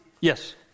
Yes